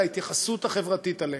בהתייחסות החברתית אליהם.